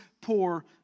poor